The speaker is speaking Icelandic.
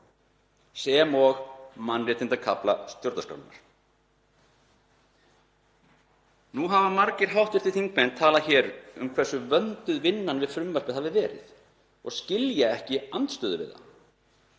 sem og mannréttindakafla stjórnarskrárinnar. Nú hafa margir hv. þingmenn talað um hversu vönduð vinnan við frumvarpið hafi verið og skilja ekki andstöðu við það.